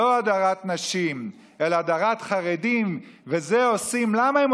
לא הדרת נשים, אלא הדרת חרדים.